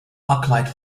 arclight